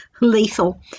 lethal